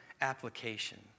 application